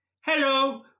Hello